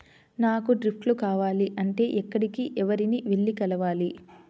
నాకు డ్రిప్లు కావాలి అంటే ఎక్కడికి, ఎవరిని వెళ్లి కలవాలి?